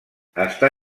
està